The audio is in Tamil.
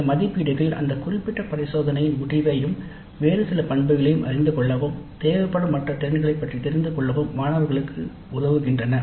இந்த மதிப்பீடுகள் அந்த குறிப்பிட்ட பரிசோதனையின் முடிவையும் வேறு சில பண்புகளையும் அறிந்து கொள்ளவும் தேவைப்படும் மற்ற திறன்களை பற்றி தெரிந்து கொள்ளவும் மாணவர்களுக்கு உதவுகின்றன